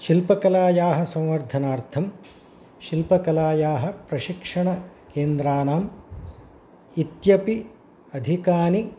शिल्पकलायाः संवर्धनार्थं शिल्पकलायाः प्रशिक्षणकेन्द्राणाम् इत्यपि अधिकानि